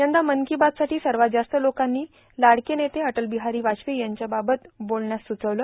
यंदा मन की बात साठी सर्वात जास्त लोकांनी लाडके नेते अटल बिहारी वाजपेयी यांच्याबाबत बोलण्यास सुचवलं